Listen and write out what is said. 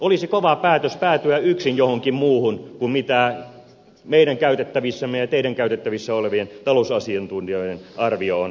olisi kova päätös päätyä yksin johonkin muuhun kuin siihen mihin meidän käytettävissämme ja teidän käytettävissänne olevien talousasiantuntijoiden arvio on päätynyt